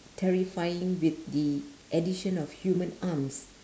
terrifying with the addition of human arms